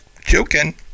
joking